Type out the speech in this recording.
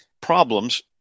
problems